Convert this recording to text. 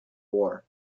war